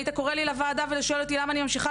היית קורא לי לוועדה ושואל אותי למה אני ממשיכה